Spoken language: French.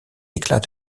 éclats